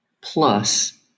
plus